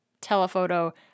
telephoto